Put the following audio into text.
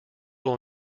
will